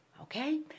Okay